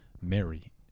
Mary